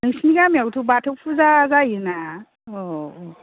नोंसोरनि गामियावबोथ' बाथौ फुजा जायोना औ अ'